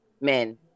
men